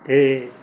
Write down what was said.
ਅਤੇ